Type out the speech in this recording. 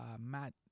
Matt